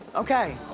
okay,